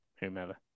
Whomever